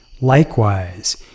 Likewise